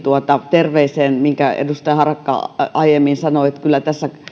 terveiseen minkä edustaja harakka aiemmin sanoi että kyllä tässä